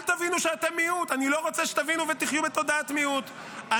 אל תבינו שאתם מיעוט,